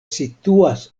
situas